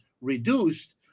reduced